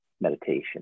meditation